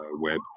web